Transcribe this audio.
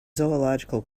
zoological